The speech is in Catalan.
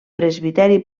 presbiteri